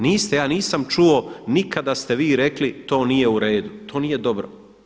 Niste, ja nisam čuo nikad da ste vi rekli to nije u redu, to nije dobro.